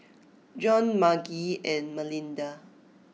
Jon Margie and Melinda